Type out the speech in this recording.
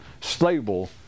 stable